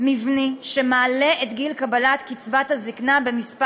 מבני שמעלה את גיל קבלת קצבת הזקנה בכמה שנים,